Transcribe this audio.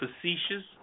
facetious